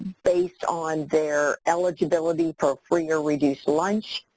based on their eligibility for free or reduced lunch,